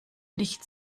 nicht